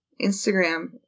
Instagram